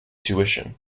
tuition